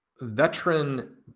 veteran